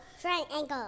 Triangle